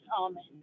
Amen